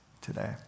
today